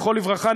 זכרו לברכה,